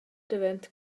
davent